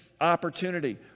opportunity